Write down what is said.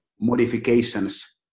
modifications